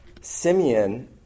Simeon